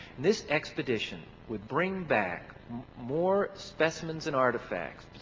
this expedition would bring back more specimens and artifacts,